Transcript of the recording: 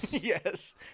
yes